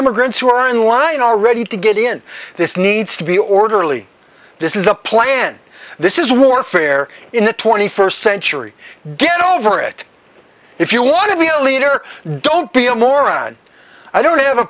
immigrants who are in line already to get in this needs to be orderly this is the plan this is warfare in the twenty first century get over it if you want to be a leader don't be a moron i don't have a